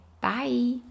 Bye